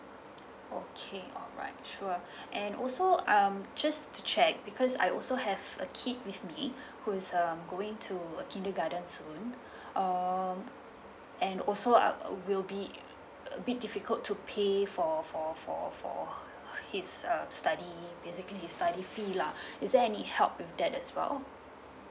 okay alright sure and also um just to check because I also have a kid with me who is um going to uh kindergarten soon um and also I will be a bit difficult to pay for for for for his um study basically his study fee lah is there any help with that as well